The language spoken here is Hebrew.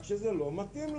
רק זה לא מתאים לנו.